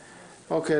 אוקיי.